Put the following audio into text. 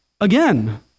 again